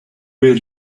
where